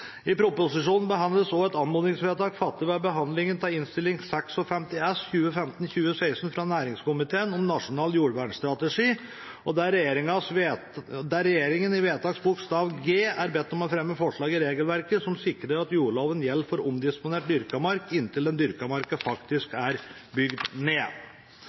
I proposisjonen behandles også et anmodningsvedtak fattet ved behandlingen av Innst. 56 S for 2015–2016 fra næringskomiteen, om nasjonal jordvernstrategi, der regjeringen i vedtak II bokstav g blir bedt om å «fremme forslag i regelverket slik at jordloven gjelder for omdisponert dyrka mark inntil den dyrka marka faktisk er bygd ned».